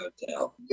Hotel